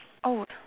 oh